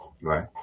Right